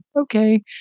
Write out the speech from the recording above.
okay